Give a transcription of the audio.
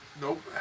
Nope